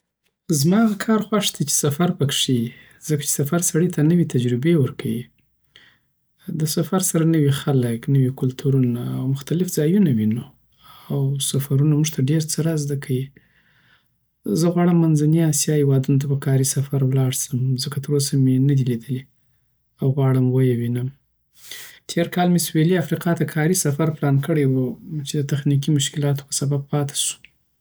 زما هغه کار خوښ دی چی سفر پکښی یی ځکه چی سفر سړی ته نوې تجربې ورکوی. د سفر سره نوې خلک، نوې کلتورونه، او مختلف ځایونه وینوی او سفرونه موږ ته ډیر څه رازده کوی زه غواړم منځنی اسیاهیوادونو ته په کاری سفر ولاړ سم ځکه تر اوسه می ندی لیدلی او غواړم ویی وینم تیره کال می سویلی افریقا ته کار سفر پلان کړی وو چی د تخنیکی مشکلاتو په سبب پاته سو